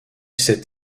s’est